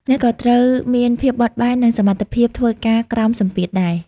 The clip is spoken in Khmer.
អ្នកក៏ត្រូវមានភាពបត់បែន និងសមត្ថភាពធ្វើការក្រោមសម្ពាធដែរ។